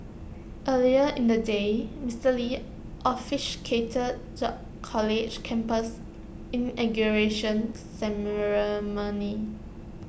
earlier in the day Mister lee officiated the college's campus inauguration ceremony